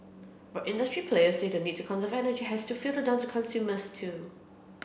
but industry players say the need to conserve energy has to filter down to consumers too